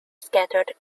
scattered